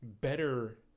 better